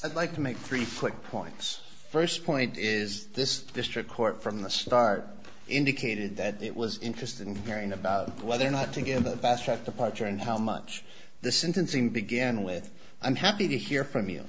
i'd like to make three foot points st point is this district court from the start indicated that it was interested in hearing about whether or not to give a fast track departure and how much the sentencing began with i'm happy to hear from you